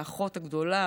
האחות הגדולה,